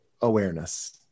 awareness